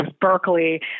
Berkeley